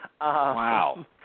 Wow